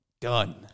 Done